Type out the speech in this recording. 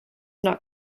not